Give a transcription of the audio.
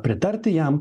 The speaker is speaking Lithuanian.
pritarti jam